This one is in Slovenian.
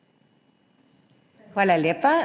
Hvala lepa.